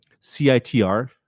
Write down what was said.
citr